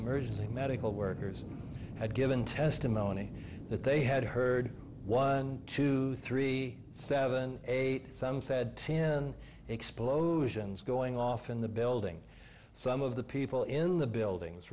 emergency medical workers had given testimony that they had heard was three seven eight some said explosions going off in the building some of the people in the buildings